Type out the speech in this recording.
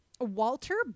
Walter